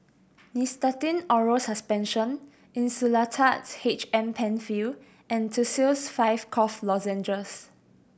Nystatin Oral Suspension Insulatard H M Penfill and Tussils Five Cough Lozenges